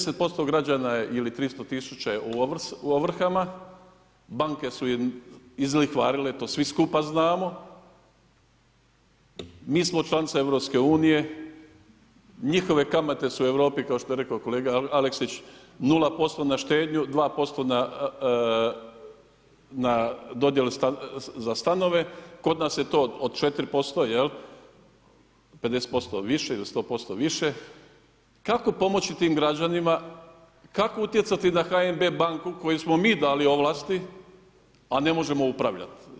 10% građana ili 300 tisuća u ovrhama, banke su ih izlihvarilre to svi skupa znamo, mi smo članica EU njihove kamate su u Europi kao što je rekao kolega Aleksić 0% na štednju, 2% na dodjele za stanove, kod nas je to od 4%, 50% više ili 100% više kako pomoći tim građanima, kako utjecati da HNB banku kojoj smo mi dali ovlasti, a ne možemo upravljat?